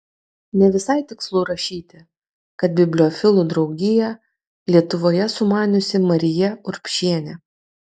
ne visai tikslu rašyti kad bibliofilų draugiją lietuvoje sumaniusi marija urbšienė